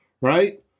right